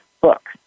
book